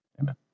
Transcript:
Amen